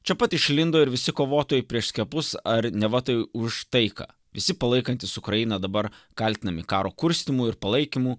čia pat išlindo ir visi kovotojai prieš skiepus ar neva tai už taiką visi palaikantys ukrainą dabar kaltinami karo kurstymu ir palaikymu